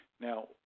Now